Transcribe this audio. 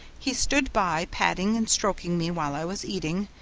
he stood by, patting and stroking me while i was eating,